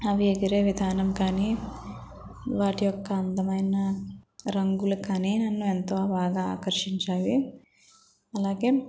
అవి ఎగిరే విధానం కానీ వాటి యొక్క అందమైన రంగులు కానీ నన్ను ఎంతో బాగా ఆకర్షించాయి అలాగే